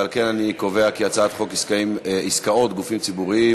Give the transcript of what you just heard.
על כן אני קובע כי הצעת חוק עסקאות גופים ציבוריים